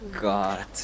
God